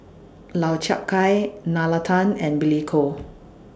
Lau Chiap Khai Nalla Tan and Billy Koh